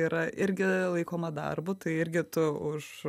yra irgi laikoma darbu tai irgi tu už